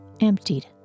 Emptied